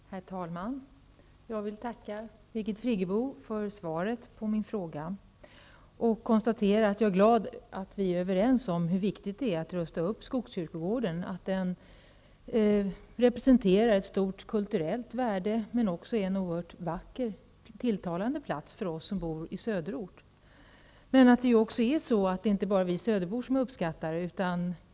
Herr talman! Jag vill tacka Birgit Friggebo för svaret på min fråga och konstatera att jag är glad för att vi är överens om hur viktigt det är att rusta upp Skogskyrkogården. Den representerar ett stort kulturellt värde men utgör också en oerhört vacker och tilltalande plats för oss som bor i söderort. Det är dock inte bara vi söderbor som uppskattar Skogskyrkogården.